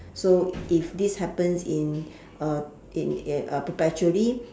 so if this happens in in in perpetually